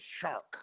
shark